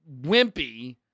wimpy